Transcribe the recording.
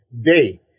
Day